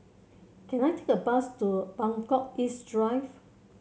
can I take a bus to Buangkok East Drive